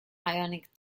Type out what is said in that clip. ionic